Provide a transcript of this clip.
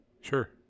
Sure